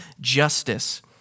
Justice